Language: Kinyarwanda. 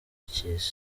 cy’isi